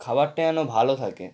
খাবারটা যেন ভালো থাকে